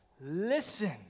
listen